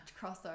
crossover